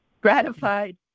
gratified